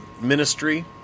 ministry